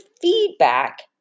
feedback